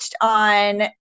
on